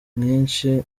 mwinshi